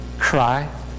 cry